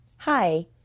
Hi